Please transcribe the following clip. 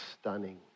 stunning